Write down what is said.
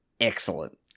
excellent